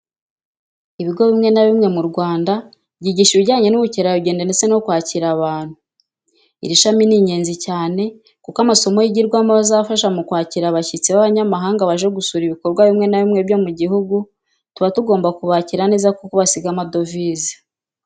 Ibigo bimwe na bimwe mu Rwanda byigisha ibijyanye n'ubukerarugendo ndetse no kwakira abantu. Iri shami ni ingenzi cyane kuko amasomo yigirwamo aba azafasha mu kwakira abashyitsi b'abanyamahanga baje gusura ibikorwa bwimwe na bimwe byo mu gihugu. Tuba tugomba kubakira neza kuko basiga amadovize.